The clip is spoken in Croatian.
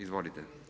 Izvolite.